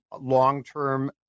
long-term